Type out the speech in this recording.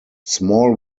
small